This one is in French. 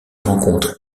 rencontre